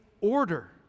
order